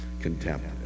contempt